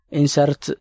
insert